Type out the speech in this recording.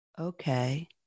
Okay